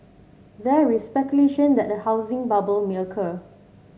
there is speculation that a housing bubble may occur